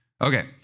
Okay